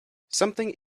something